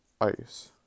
ice